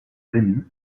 rémy